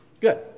Good